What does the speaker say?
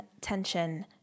tension